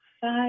five